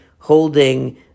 Holding